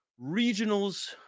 regionals